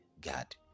God